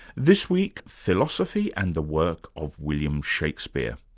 this week, philosophy and the work of william shakespeare.